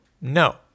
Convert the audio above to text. no